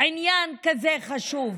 עניין כזה חשוב.